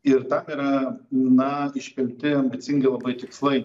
ir tam yra na iškelti ambicingi labai tikslai